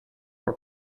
were